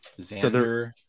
Xander